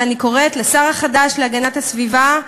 ואני קוראת לשר החדש להגנת הסביבה,